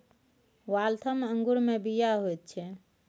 Waltham अंगूरमे बीया होइत छै